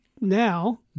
now